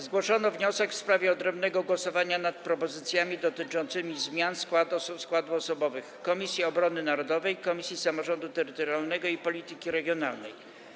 Zgłoszony został wniosek w sprawie odrębnego głosowania nad propozycjami dotyczącymi zmian w składach osobowych Komisji Obrony Narodowej oraz Komisji Samorządu Terytorialnego i Polityki Regionalnej.